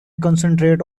concentrate